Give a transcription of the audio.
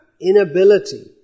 inability